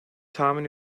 tahmin